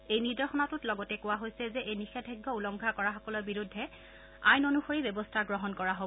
এই নিৰ্দেশনাটোত লগতে কোৱা হৈছে এই নিষেধাজ্ঞা উলংঘা কৰাসকলৰ বিৰুদ্ধে আইন অনুসৰি ব্যৱস্থা গ্ৰহণ কৰা হব